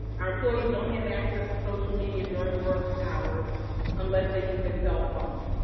our employees don't have access to social media during work hours unless they use their cell phones,